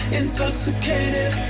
intoxicated